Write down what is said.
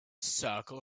circle